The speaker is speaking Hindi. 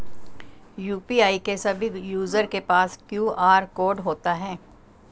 यू.पी.आई के सभी यूजर के पास क्यू.आर कोड होता है